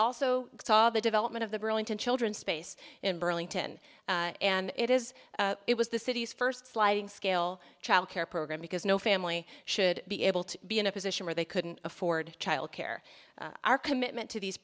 also saw the development of the burlington children space in burlington and it is it was the city's first sliding scale childcare program because no family should be able to be in a position where they couldn't afford childcare our commitment to these